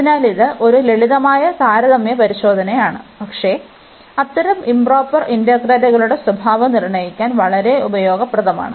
അതിനാൽ ഇത് ഒരു ലളിതമായ താരതമ്യ പരിശോധനയാണ് പക്ഷേ അത്തരം ഇoപ്രൊപ്പർ ഇന്റഗ്രലുകളുടെ സ്വഭാവം നിർണ്ണയിക്കാൻ വളരെ ഉപയോഗപ്രദമാണ്